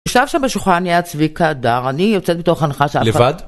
ישב שם בשולחן, ליד צביקה הדר, אני יוצאת מתוך הנחה ש.. -לבד?